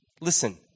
listen